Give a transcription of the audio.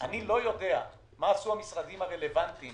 אני לא יודע מה עשו המשרדים הרלוונטיים